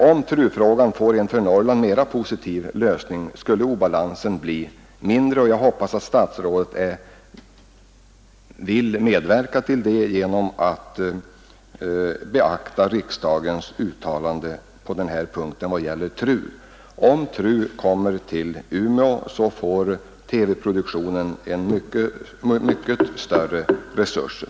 Om TRU-frågan får en för Norrland mera positiv lösning, skulle obalansen bli mindre, och jag hoppas att statsrådet vill medverka till det genom att beakta riksdagens uttalande på denna punkt. Om TRU kommer till Umeå, får TV-produktionen mycket större resurser.